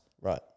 right